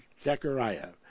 Zechariah